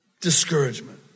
Discouragement